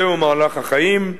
זהו מהלך החיים.